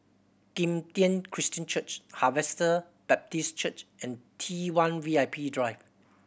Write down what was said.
Kim Tian Christian Church Harvester Baptist Church and T One V I P Drive